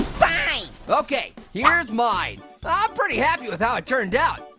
fine. okay, yeah here's mine. ah i'm pretty happy with how it turned out.